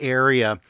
area